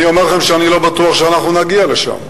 אני אומר לכם שאני לא בטוח שאנחנו נגיע לשם.